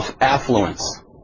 affluence